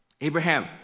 Abraham